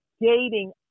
dating